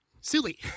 silly